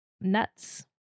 nuts